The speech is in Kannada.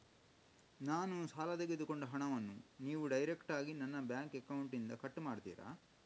ನಾನು ಸಾಲ ತೆಗೆದುಕೊಂಡ ಹಣವನ್ನು ನೀವು ಡೈರೆಕ್ಟಾಗಿ ನನ್ನ ಬ್ಯಾಂಕ್ ಅಕೌಂಟ್ ಇಂದ ಕಟ್ ಮಾಡ್ತೀರಾ?